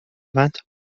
vingt